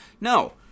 No